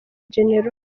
gen